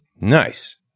Nice